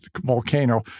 volcano